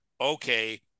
okay